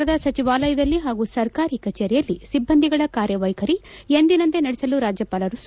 ಶ್ರೀನಗರದ ಸಚಿವಾಲಯದಲ್ಲಿ ಹಾಗೂ ಸರ್ಕಾರಿ ಕಚೇರಿಯಲ್ಲಿ ಸಿಬ್ಲಂದಿಗಳ ಕಾರ್ಯವೈಖರಿ ಎಂದಿನಂತೆ ನಡೆಸಲು ರಾಜ್ಲಪಾಲರು ಸೂಚನೆ